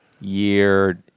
Year